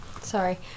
sorry